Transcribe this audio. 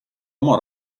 oma